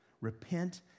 Repent